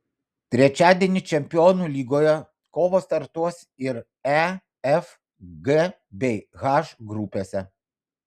trečiadienį čempionų lygoje kovos startuos ir e f g bei h grupėse